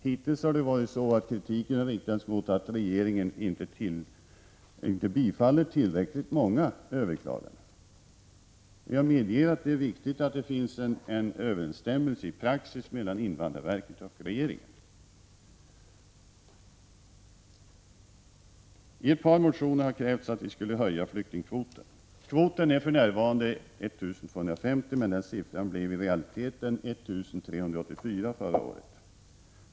Hittills har kritiken gällt att regeringen inte bifaller tillräckligt många överklaganden. Jag medger att det är viktigt att det finns en överensstämmelse i praxis mellan invandrarverket och regeringen. I ett par motioner har krävts att vi skall höja flyktingkvoten. Kvoten är för närvarande 1 250 personer, men siffran blev i realiteten 1 384 förra året.